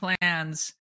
plans